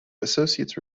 associates